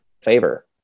favor